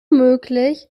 möglich